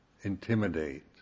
intimidate